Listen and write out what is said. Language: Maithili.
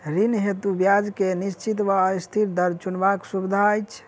ऋण हेतु ब्याज केँ निश्चित वा अस्थिर दर चुनबाक सुविधा अछि